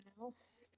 else